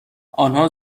آنها